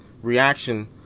reaction